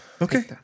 Okay